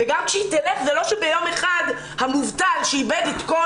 וגם כשהיא תלך זה לא שביום אחד המובטל או המובטלת